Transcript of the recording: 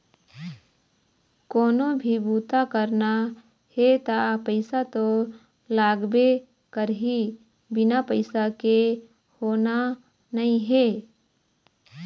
कोनो भी बूता करना हे त पइसा तो लागबे करही, बिना पइसा के होना नइ हे